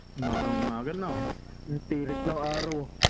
mother mother no empirical auto